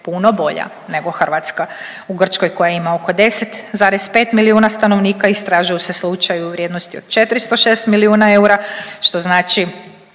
puno bolja nego Hrvatska. U Grčkoj koja ima oko 10,5 milijuna stanovnika istražuju se slučajevi u vrijednosti od 406 milijuna eura što znači